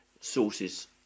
sources